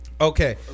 Okay